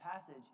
passage